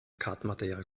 kartenmaterial